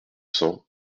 cents